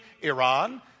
Iran